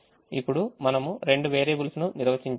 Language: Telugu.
ఇప్పుడు మనము రెండు వేరియబుల్స్ నునిర్వచించాము